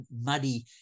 muddy